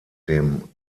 dem